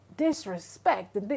disrespect